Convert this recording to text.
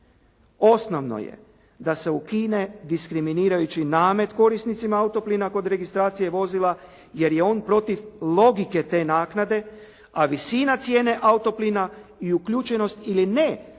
Osnovno je da se ukine diskriminirajući namet korisnicima autoplina kod registracije vozila jer je on protiv logike te naknade, a visina cijene autoplina i uključenost ili ne trošarine